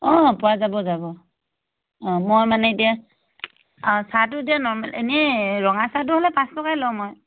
অঁ পোৱা যাব যাব অঁ মই মানে এতিয়া চাহটো এতিয়া নৰ্মেল এনেই ৰঙা চাহটো হ'লে পাঁচ টকাই লওঁ মই